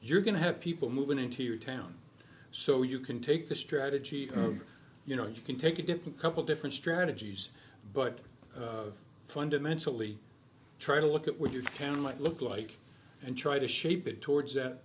you're going to have people moving into your town so you can take the strategy of you know you can take a different couple different strategies but fundamentally try to look at what your town might look like and try to shape it towards that